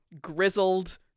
grizzled